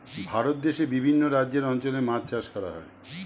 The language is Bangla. ভারত দেশে বিভিন্ন রাজ্যের অঞ্চলে মাছ চাষ করা